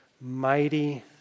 Mighty